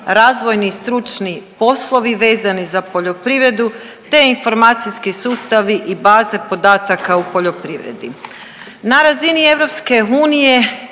razvojni i stručni poslovi vezani za poljoprivredu te informacijski sustavi i baze podataka u poljoprivredi. Na razini EU